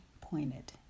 pointed